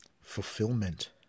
fulfillment